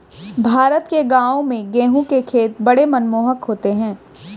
भारत के गांवों में गेहूं के खेत बड़े मनमोहक होते हैं